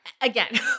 Again